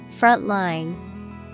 Frontline